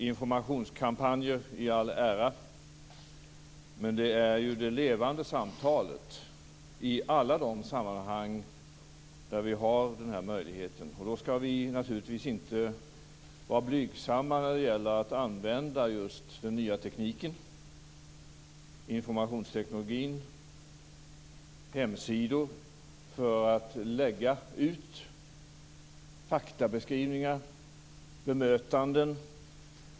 Informationskampanjer i all ära, men det är ju det levande samtalet som är viktigt i alla de sammanhang där vi har den här möjligheten. Då skall vi naturligtvis inte vara blygsamma när det gäller att använda den nya tekniken, informationsteknologin och hemsidor för att lägga ut faktabeskrivningar och bemötanden.